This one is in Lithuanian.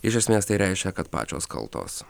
iš esmės tai reiškia kad pačios kaltos